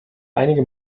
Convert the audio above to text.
einige